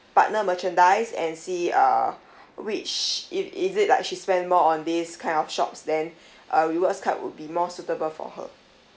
partner merchandise and see uh which it is it like she spend more on these kind of shops then uh rewards card would be more suitable for her